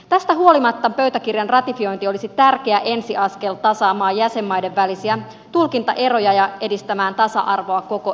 tästä huolimatta pöytäkirjan ratifiointi olisi tärkeä ensiaskel tasaamaan jäsenmaiden välisiä tulkintaeroja ja edistämään tasa arvoa koko euroopassa